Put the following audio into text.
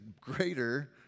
greater